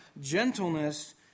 gentleness